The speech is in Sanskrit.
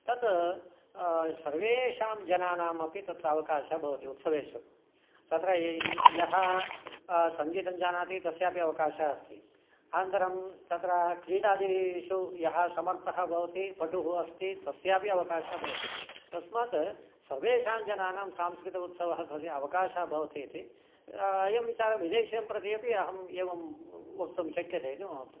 तत् सर्वेषां जनानामपि तत्र अवकाशः भवति उत्सवेषु तत्र यः सङ्गीतं जानाति तस्यापि अवकाशः अस्ति अनन्तरं तत्र क्रीडादीषु यः समर्तः भवति पटुः अस्ति तस्यापि अवकाशः भवति तस्मात् सर्वेषाञ्जनानां सांस्कृतिक उत्सवः तस्य अवकाशः भवतीति अयं विचारः विदेशीयप्रति अपि अहम् एवं वक्तुं शक्यते इति मम